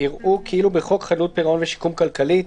יראו כאילו בחוק חדלות פירעון ושיקום כלכלי,